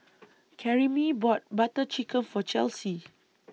Karyme bought Butter Chicken For Chelsy